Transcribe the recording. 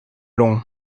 long